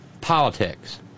politics